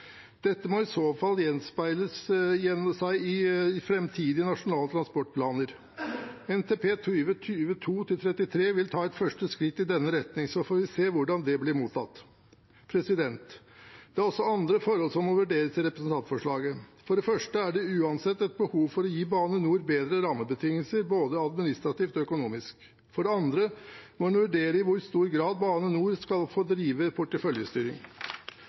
Dette må i så fall gjenspeile seg i framtidige nasjonale transportplaner. NTP 2022–2033 vil ta et første skritt i denne retning, så får vi se hvordan det blir mottatt. Det er også andre forhold som må vurderes i representantforslaget. For det første er det uansett et behov for å gi Bane NOR bedre rammebetingelser, både administrativt og økonomisk. For det andre må en vurdere i hvor stor grad Bane NOR skal få drive porteføljestyring.